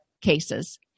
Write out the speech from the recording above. cases